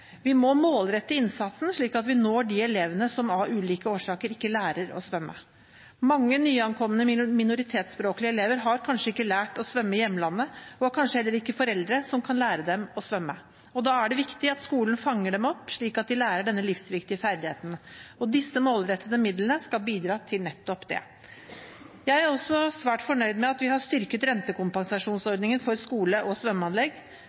Vi må målrette innsatsen slik at vi når de elevene som av ulike årsaker ikke lærer å svømme. Mange nyankomne minoritetsspråklige elever har kanskje ikke lært å svømme i hjemlandet og har kanskje heller ikke foreldre som kan lære dem å svømme. Da er det viktig at skolen fanger dem opp, slik at de lærer denne livsviktige ferdigheten. Disse målrettede midlene skal bidra til nettopp det. Jeg er også svært fornøyd med at vi har styrket rentekompensasjonsordningen for skole- og svømmeanlegg.